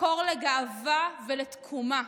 מקור לגאווה ולתקומה,